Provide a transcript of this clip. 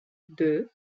deux